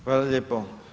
Hvala lijepo.